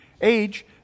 age